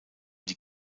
die